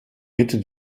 bitte